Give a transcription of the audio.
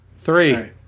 Three